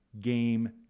game